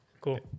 Cool